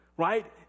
right